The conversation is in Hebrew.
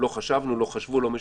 לא חשבו.